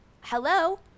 hello